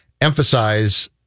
emphasize